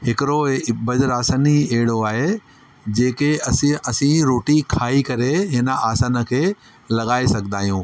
हिकिड़ो बज्र आसन ई एॾो आहे जेके असीं असीं रोटी खाई करे इन आसन खे लॻाए सघंदा आहियूं